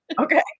Okay